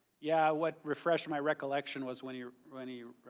yeah what refreshed my recollection was when he when he